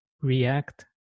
react